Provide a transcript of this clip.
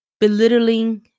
belittling